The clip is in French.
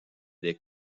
des